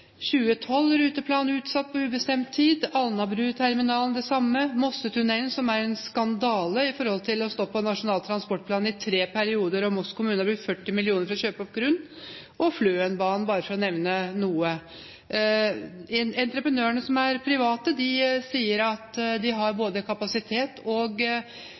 utsatt på ubestemt tid, Alnabruterminalen det samme. Det gjelder også Mossetunnelen – som er en skandale med tanke på at den har stått på Nasjonal transportplan i tre perioder, og Moss kommune har brukt 40 mill. kr for å kjøpe opp grunn – og Fløenbanen, bare for å nevne noe. Entreprenørene som er private, sier at de har både kapasitet og